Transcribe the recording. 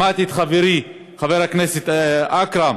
שמעתי את חברי חבר הכנסת אכרם,